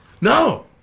No